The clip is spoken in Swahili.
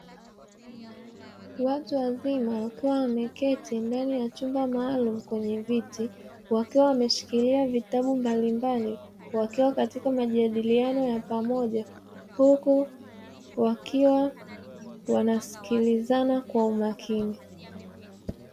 Watu wazima wakiwa wameketi ndani ya chumba maalum kwenye viti, wakiwa wameshikilia vitabu mbalimbali wakiwa katika majadiliano ya pamoja, huku wakiwa wanasikilizana kwa umakini.